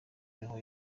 niho